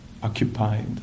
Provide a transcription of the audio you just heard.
Occupied